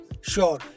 Sure